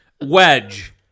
Wedge